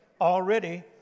already